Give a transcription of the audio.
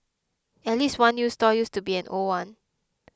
at least one new stall used to be an old one